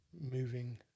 moving